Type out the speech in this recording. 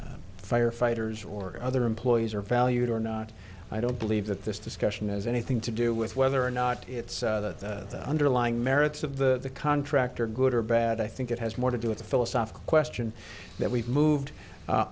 firefighters or other employees are valued or not i don't believe that this discussion is anything to do with whether or not it's the underlying merits of the contractor good or bad i think it has more to do with the philosophical question that we've moved